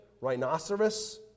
rhinoceros